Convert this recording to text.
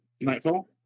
Nightfall